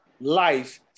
life